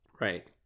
right